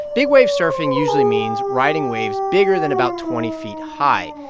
big-wave surfing usually means riding waves bigger than about twenty feet high.